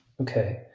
Okay